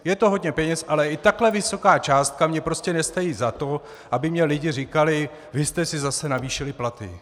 Je to hodně peněz, ale i takhle vysoká částka mně prostě nestojí za to, aby mně lidi říkali: vy jste si zase navýšili platy.